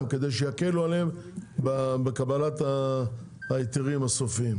כדי שיקלו עליהם בקבלת ההיתרים הסופיים.